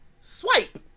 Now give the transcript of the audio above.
swipe